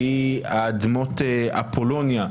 והיא אדמות אפולוניה,